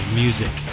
music